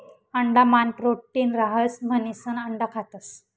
अंडा मान प्रोटीन रहास म्हणिसन अंडा खातस